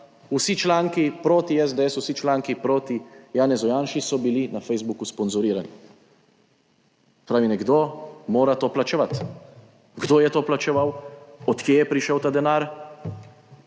vsi članki proti SDS, vsi članki proti Janezu Janši so bili na Facebooku sponzorirani. Se pravi, nekdo mora to plačevati. Kdo je to plačeval? Od kje je prišel ta denar?